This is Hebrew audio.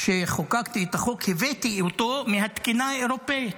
כשחוקקתי את החוק, הבאתי אותו מהתקינה האירופית.